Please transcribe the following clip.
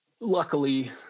luckily